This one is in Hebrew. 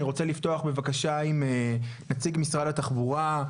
אני רוצה לפתוח בבקשה עם נציג משרד התחבורה,